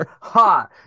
Ha